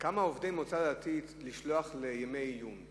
כמה עובדי מועצה דתית לשלוח לימי עיון,